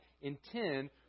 intend